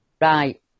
right